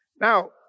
Now